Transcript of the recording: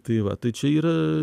tai va tai čia yra